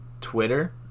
twitter